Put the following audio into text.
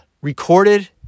recorded